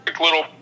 little